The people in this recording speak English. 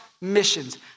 missions